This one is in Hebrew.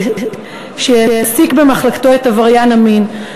שהעסיק במחלקתו את עבריין המין,